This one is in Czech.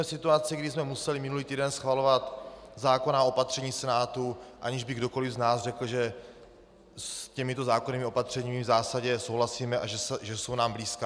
Jsme v situaci, kdy jsme museli minulý týden schvalovat zákonná opatření Senátu, aniž by kdokoli z nás řekl, že s těmito zákonnými opatřeními v zásadě souhlasíme a že jsou nám blízká.